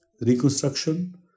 reconstruction